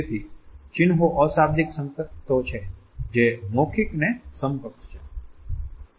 તેથી ચિન્હો અશાબ્દિક સંકેતો છે જે મૌખિક ને સમકક્ષ છે